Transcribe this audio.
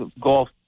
golf